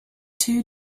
two